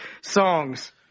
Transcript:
songs